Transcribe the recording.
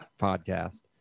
podcast